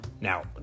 Now